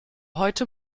heute